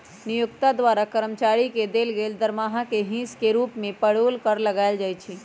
नियोक्ता द्वारा कर्मचारी के देल गेल दरमाहा के हिस के रूप में पेरोल कर लगायल जाइ छइ